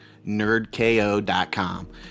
Nerdko.com